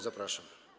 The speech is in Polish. Zapraszam.